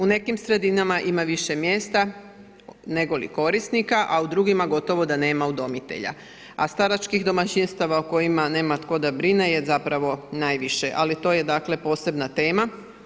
U nekim sredinama ima više mjesta nego li korisnika, a u drugima gotovo da nema udomitelja, a staračkih domaćinstava o kojima nema tko da brine je zapravo najviše, ali to je dakle posebna tema.